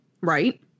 right